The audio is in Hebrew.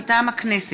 מטעם הכנסת: